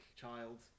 child